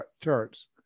charts